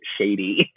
shady